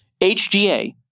HGA